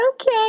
okay